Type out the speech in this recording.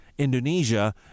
Indonesia